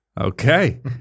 okay